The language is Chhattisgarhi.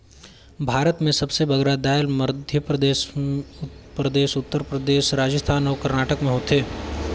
भारत में सबले बगरा दाएल मध्यपरदेस परदेस, उत्तर परदेस, राजिस्थान अउ करनाटक में होथे